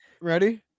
Ready